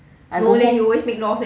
I know